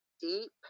deep